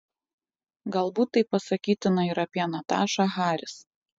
galbūt tai pasakytina ir apie natašą haris